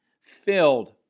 filled